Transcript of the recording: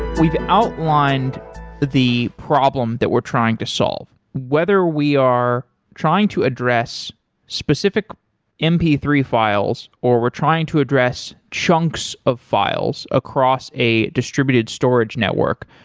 we've outlined the problem that we're trying to solve. whether we are trying to address specific m p three files or we're trying to address chunks of files across a distributed storage network,